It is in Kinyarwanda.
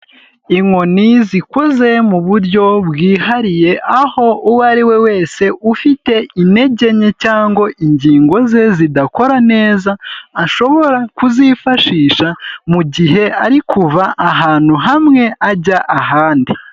Inkoni zikoze mu buryo bwihariye aho uwo ariwe wese ufite intege nke cyangwa ingingo ze zidakora neza, ashobora kuzifashisha mu gihe ari kuva ahantu hamwe ajya ahandi.